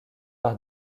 par